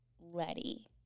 Letty